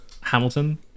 Hamilton